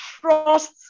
trust